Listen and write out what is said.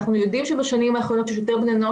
אנחנו יודעים שבשנים האחרונות יש יותר בני נוער